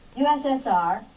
USSR